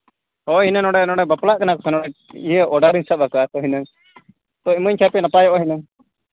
ᱦᱳᱭ ᱤᱧᱫᱚ ᱱᱚᱰᱮ ᱱᱚᱰᱮ ᱵᱟᱯᱞᱟᱜ ᱠᱟᱱᱟ ᱠᱚ ᱱᱚᱜᱼᱚᱭ ᱤᱭᱟᱹ ᱚᱰᱟᱨ ᱤᱧ ᱥᱟᱵ ᱟᱠᱟᱫᱼᱟ ᱦᱩᱱᱟᱹᱝ ᱛᱳ ᱤᱢᱟᱹᱧ ᱠᱷᱟᱱ ᱯᱮ ᱱᱟᱯᱟᱭᱚᱜᱼᱟ ᱦᱩᱱᱟᱹᱝ